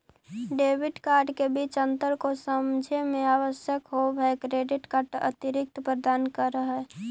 Debit card के बीच अंतर को समझे मे आवश्यक होव है क्रेडिट कार्ड अतिरिक्त प्रदान कर है?